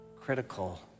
critical